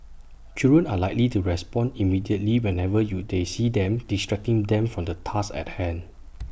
children are likely to respond immediately whenever you they see them distracting them from the task at hand